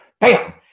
bam